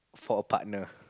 for a partner